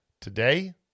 Today